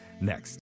next